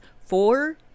four